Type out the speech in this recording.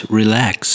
relax